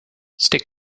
stick